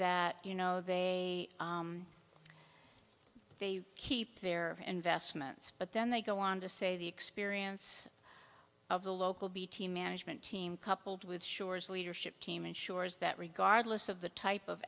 that you know they keep their investments but then they go on to say the experience of the local bt management team coupled with sures leadership team ensures that regardless of the type of